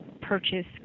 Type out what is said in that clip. purchase